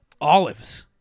Olives